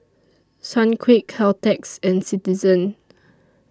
Sunquick Caltex and Citizen